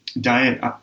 diet